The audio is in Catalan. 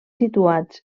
situats